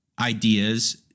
ideas